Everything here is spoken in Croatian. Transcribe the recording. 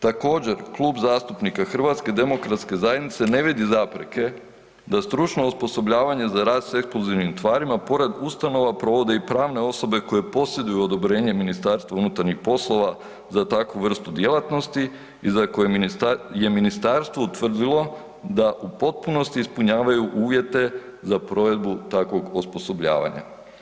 Također Klub zastupnika HDZ-a ne vidi zapreke da stručno osposobljavanje za rad s eksplozivnim tvarima pored ustanove provode i pravne osobe koje posjeduju odobrenje MUP-a za takvu vrstu djelatnosti i za koje je ministarstvo utvrdilo da u potpunosti ispunjavaju uvjete za provedbu takvog osposobljavanja.